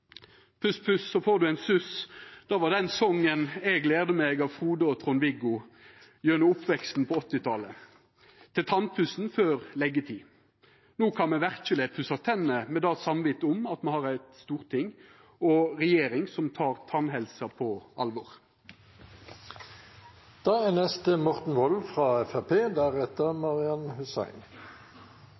puss, så får du en suss.» Det var ein song eg lærte av Flode og Trond-Viggo i oppveksten på 1980-talet, til tannpussen før leggjetid. No kan me verkeleg pussa tennene med visse om at me har eit storting og ei regjering som tek tannhelse på alvor. Det er